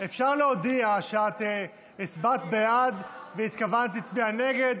אפשר להודיע שהצבעת בעד והתכוונת להצביע נגד,